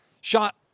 shot